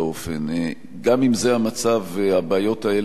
גם אם זה המצב, הבעיות האלה ידועות,